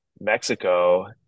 Mexico